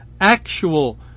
actual